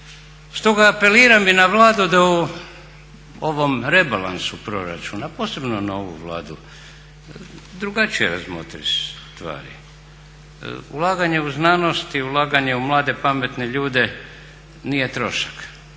Stoga apeliram i na Vladu da u ovom rebalansu proračuna, posebno na ovu Vladu, drugačije razmotri stvari. Ulaganje u znanost i ulaganje u mlade pametne ljude nije trošak,